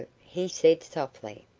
he said, softly,